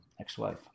ex-wife